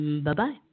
bye-bye